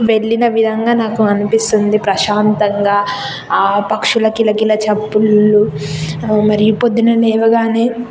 వెళ్ళిన విధంగా నాకు అనిపిస్తుంది ప్రశాంతంగా ఆ పక్షుల కిలకిల చప్పుళ్ళు మరియు పొద్దున్నే లేవగానే